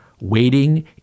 Waiting